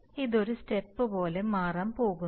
ഇത് ഒരു സ്റ്റെപ്പ് പോലെ മാറാൻ പോകുന്നു